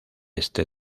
este